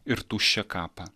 ir tuščią kapą